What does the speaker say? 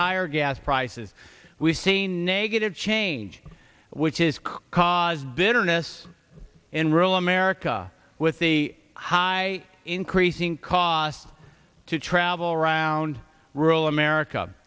higher gas prices we see a negative change which is cool cause bitterness in rural america with the high increasing costs to travel around rural america